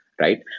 right